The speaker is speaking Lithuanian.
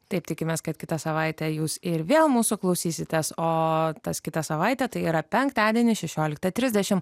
taip tikimės kad kitą savaitę jūs ir vėl mūsų klausysitės o tas kitą savaitę tai yra penktadienį šešioliktą trisdešim